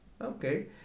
okay